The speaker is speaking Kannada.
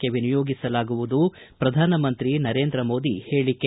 ಮುಂದಿನ ವಿನಿಯೋಗಿಸಲಾಗುವುದು ಪ್ರಧಾನಮಂತ್ರಿ ನರೇಂದ್ರಮೋದಿ ಹೇಳಿಕೆ